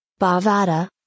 Bavada